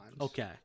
Okay